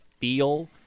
feel